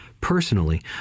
personally